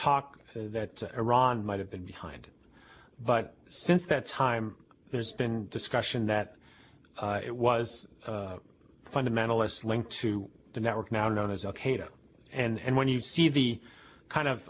talk that iran might have been behind but since that time there's been discussion that it was fundamentalists linked to the network now known as al qaeda and when you see the kind of